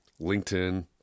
LinkedIn